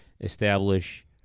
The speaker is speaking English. establish